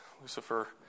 Lucifer